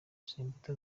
samputu